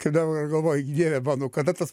kada va ir galvoju dieve mano kada tas